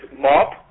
Mop